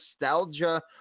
nostalgia